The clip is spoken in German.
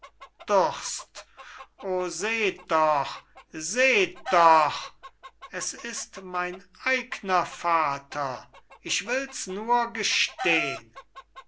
doch seht doch es ist mein eigner vater ich wills nur gestehn